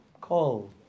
call